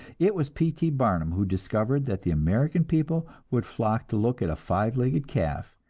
it was p. t. barnum who discovered that the american people would flock to look at a five-legged calf,